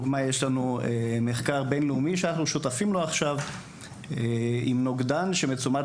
יש לנו מחקר בינלאומי שאנחנו שותפים לו עכשיו לגבי נוגדן שמוצמד